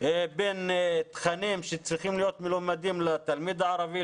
בין תכנים שצריכים להיות מלומדים לתלמיד הערבי,